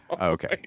Okay